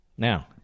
Now